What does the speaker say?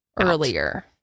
earlier